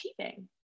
achieving